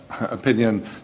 opinion